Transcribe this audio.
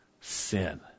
sin